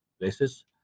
places